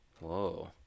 Whoa